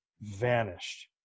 vanished